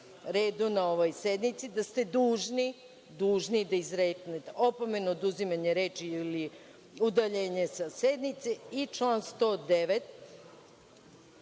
na ovoj sednici, da ste dužni da izreknete opomenu, oduzimanje reči ili udaljenje sa sednice i član 109.